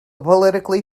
politically